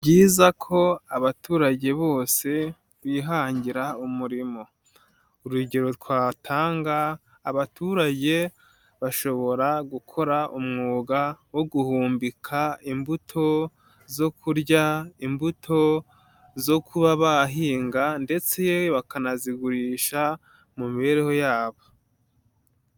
Ni byiza ko abaturage bose bihangira umurimo. Urugero twatanga, abaturage bashobora gukora umwuga wo guhumbika imbuto zo kurya, imbuto zo kuba bahinga ndetse bakanazigurisha mu mibereho yabo.